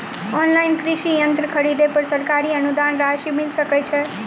Online कृषि यंत्र खरीदे पर सरकारी अनुदान राशि मिल सकै छैय?